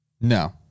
No